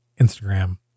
instagram